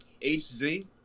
HZ